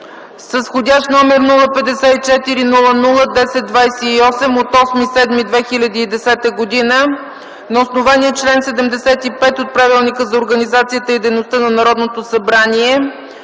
с входящ № 054-00-1028 от 8 юли 2010 г., на основание чл. 75 от Правилника за организацията и дейността на Народното събрание,